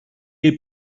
est